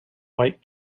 white